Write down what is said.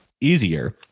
easier